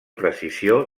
precisió